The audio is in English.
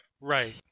Right